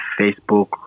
Facebook